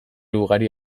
ugari